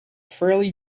fairly